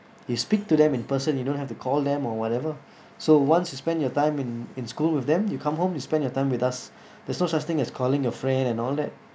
you speak to them in person you don't have to call them or whatever so once you spend your time in in school with them you come home you spend your time with us there's no such thing as calling your friend and all that